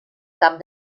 cap